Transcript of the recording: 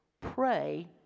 pray